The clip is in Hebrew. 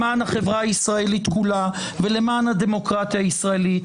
למען החברה הישראלית כולה ולמען הדמוקרטיה הישראלית,